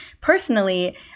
personally